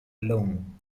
alone